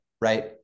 right